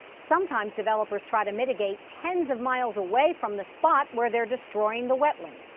sometimes developers try to mitigate tens of miles away from the spot where they're destroying the wetland.